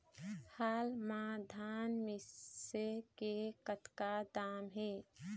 हाल मा धान मिसे के कतका दाम हे?